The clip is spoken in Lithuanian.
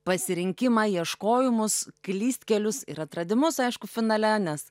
pasirinkimą ieškojimus klystkelius ir atradimus aišku finale nes